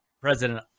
president